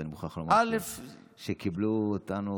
ואני מוכרח לומר שקיבלו אותנו,